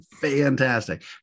Fantastic